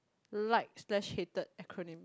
liked slash hated acronym